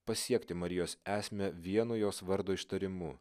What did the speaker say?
pasiekti marijos esmę vienu jos vardo ištarimu